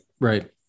Right